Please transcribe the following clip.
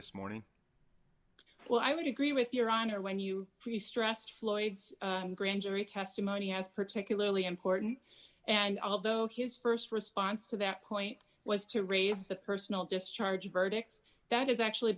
this morning well i would agree with your honor when you pre stressed floyd's grand jury testimony as particularly important and although his st response to that point was to raise the personal discharge verdicts that is actually